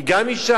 היא גם אשה,